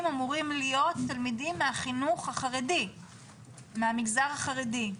אמורים להיות תלמידים מהחינוך החרדי מהמגזר החרדי.